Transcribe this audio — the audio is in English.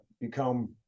become